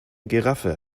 giraffe